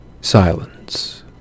Silence